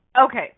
Okay